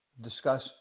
discuss